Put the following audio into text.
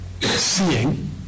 seeing